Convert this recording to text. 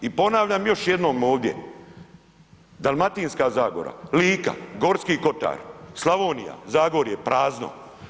I ponavljam još jednom ovdje, Dalmatinska zagora, Lika, Gorski kotar, Slavonija, Zagorje, prazno.